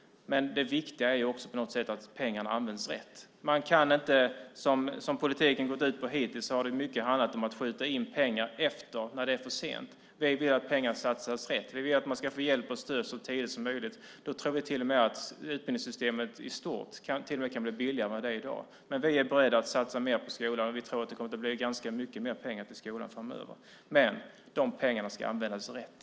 Men det viktiga är också på något sätt att pengarna används rätt. Man kan inte, som politiken har gått ut på hittills, skjuta in pengar efteråt när det är för sent. Vi vill att pengar satsas rätt. Vi vill att man ska få hjälp och stöd så tidigt som möjligt. Då tror vi att utbildningssystemet i stort till och med kan bli billigare än det är i dag. Vi är beredda att satsa mer på skolan. Vi tror att det kommer att bli ganska mycket mer pengar till skolan framöver. Men de pengarna ska användas rätt.